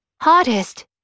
hottest